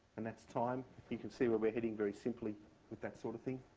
and that's time. you can see where we're heading very simply with that sort of thing.